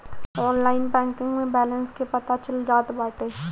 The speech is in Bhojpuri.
ऑनलाइन बैंकिंग में बलेंस के पता चल जात बाटे